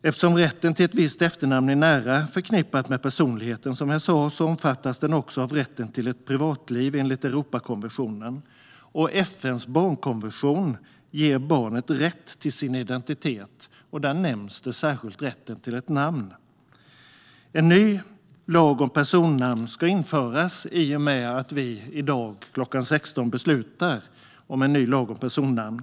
Eftersom rätten till ett visst efternamn är nära förknippad med personligheten, som jag sa, omfattas den också av rätten till ett privatliv enligt Europakonventionen. FN:s barnkonvention ger barnet rätt till sin identitet, och där nämns särskilt rätten till ett namn. En ny lag om personnamn ska införas i och med att vi i dag kl. 16 beslutar om en ny lag om personnamn.